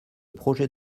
projet